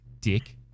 dick